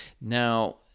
Now